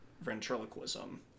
ventriloquism